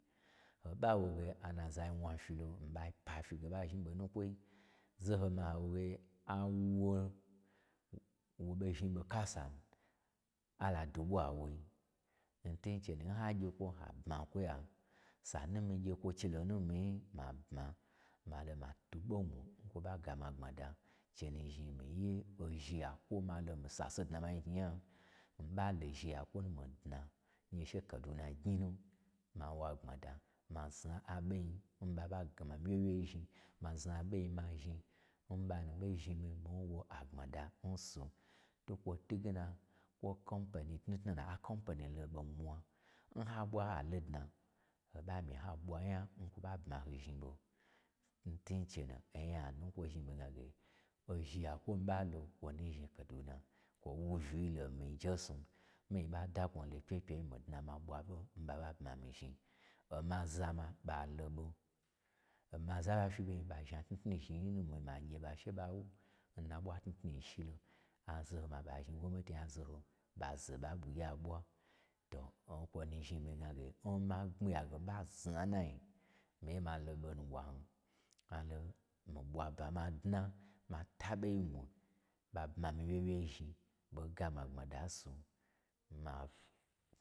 Ho ɓa wo ge anaza wna fyilo n ɓai pa fyi ge ɓa zhni ɓo nukwoir zohonu ho woge awu wo n-wo ɓo zhni ɓo kasanu ala dwu ɓwan woi, n twun che nun ha gye kwo habma kwoya sanu n mii gye kwo che lonu n mii nyi, ma bma, ma lo ma fwu ɓo mwu n kwo ɓa gamii agbmada. che nu zhni mii ye ozhi ya kwo ma lo mii sase dna ma zhni knyi nya. Mii ɓa lo zhiyakwo nu mii dna, n gye che kaduna gnyi nu, ma wo agbmada, ma zna aɓo nyi n ɓa ɓa gama ma zna aɓo nyi ma zhni n ɓa nu ɓo zhni mii, mii wo agbmada nsu. Twukwo twuge na, kwo kompeni tnutnu nuya company lolo ɓo n mwa, n ha ɓwa ha lodna, ho ɓa myi ha ɓwa nyan kwoɓa bma hozhni ɓo. N twu nche nu, onya nu nkwo zhni ozhi yakwo n mii ɓalo okwonu zhni kaduna, kwo mu uyiwyi lon mii njesnu, mii ɓa da kwo lo n pyepye yi mii dna ma ɓwa ɓo n ɓa ɓa bma mii zhni. Omaza ma, ɓa lo ɓo, oma za n ɓa fyi ɓo nyi, ɓa zhni atnutnu zhni yi nu, ma lo ma gye ɓa che ɓa wu, n na ɓwa tnu tnui shilo azaho ma ɓa zhni gwomi nati nya, azaho ɓa zo ɓanyi ɓwugyi aɓwa. To n kwo nu zhni mii gnage, n ma gami ya lo, mii ba zna n nanyi, mii ye ma lo ɓo nu n ɓwan. ma lo mii ɓwa ba ma dna, ma twu aɓoi mwu, ɓa bma mii wye wyei zhni, ɓo ga mii agbma da nsu, n ma fff.